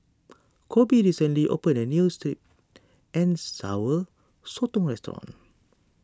Koby recently opened a New Sweet and Sour Sotong Restaurant